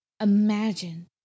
imagine